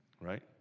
right